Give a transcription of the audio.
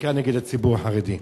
בעיקר נגד הציבור החרדי.